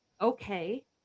okay